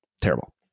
Terrible